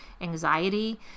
anxiety